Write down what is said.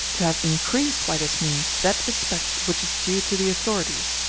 to have increased by this means that respect which is due to the authorities,